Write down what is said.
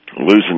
losing